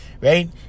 Right